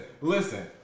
listen